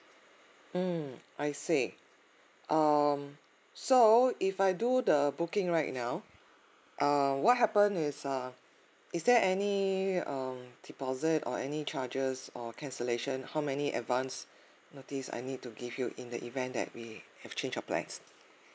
mm I see um so if I do the booking right now err what happen is uh is there any um deposit or any charges or cancellation how many advance notice I need to give you in the event that we have change of plans